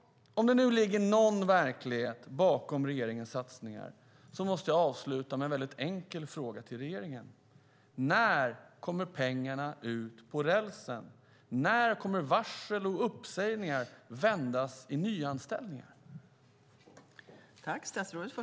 Om det nu ligger någon verklighet bakom regeringens satsningar måste jag avsluta med några enkla frågor till regeringen: När kommer pengarna ut på rälsen? När kommer varsel och uppsägningar att vändas i nyanställningar?